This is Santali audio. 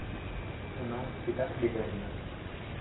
ᱚᱱᱟ ᱪᱮᱫᱟᱜ ᱵᱤᱞᱚᱢ ᱱᱟ